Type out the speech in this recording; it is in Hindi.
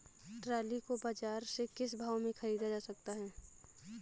ट्रॉली को बाजार से किस भाव में ख़रीदा जा सकता है?